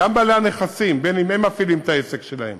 בין שהם מפעילים את העסק שלהם